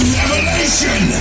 revelation